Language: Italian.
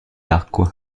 acqua